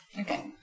Okay